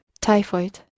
typhoid